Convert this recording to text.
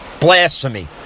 blasphemy